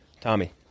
Tommy